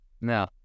now